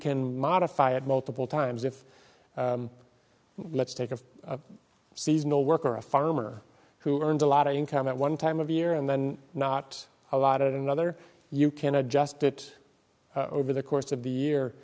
can modify it multiple times if let's take a seasonal work or a farmer who earns a lot of income at one time of year and then not a lot of another you can adjust it over the course of the year